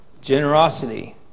generosity